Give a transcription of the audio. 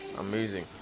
Amazing